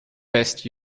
best